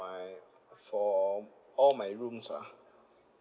my for all my rooms ah